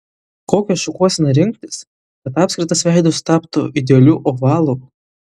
kokią šukuoseną rinktis kad apskritas veidas taptų idealiu ovalu